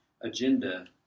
agenda